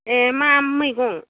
ए मा मैगं